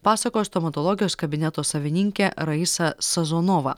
pasakojo stomatologijos kabineto savininkė raisa sazonova